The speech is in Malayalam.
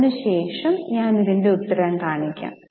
അതിനു ശേഷം ഞാൻ ഇതിന്റെ ഉത്തരം കാണിക്കാം